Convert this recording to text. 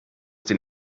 den